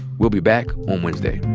we'll be back on wednesday